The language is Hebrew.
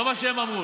מוסיפים כסף,